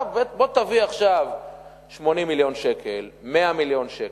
בוא תביא עכשיו 80 מיליון שקל, 100 מיליון שקל,